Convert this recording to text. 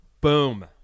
Boom